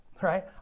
right